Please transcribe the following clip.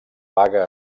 vaga